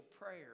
prayer